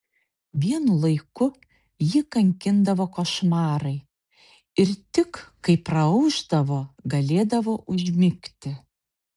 vienu laiku jį kankindavo košmarai ir tik kai praaušdavo galėdavo užmigti